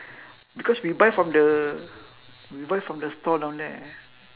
because we buy from the we buy from the store down there